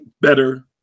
better